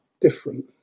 Different